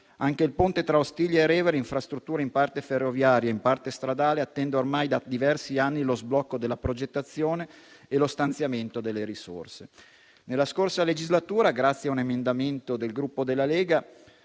anche il ponte tra Ostiglia e Revere, infrastruttura in parte ferroviaria e in parte stradale, attende ormai da diversi anni lo sblocco della progettazione e lo stanziamento delle risorse. Nella scorsa legislatura, grazie a un emendamento del Gruppo Lega,